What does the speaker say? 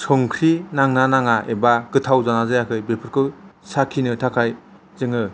संख्रि नांना नाङा एबा गोथाव जाना जायाखै बेफोरखौ साखिनो थाखाय जोङाे